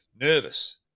nervous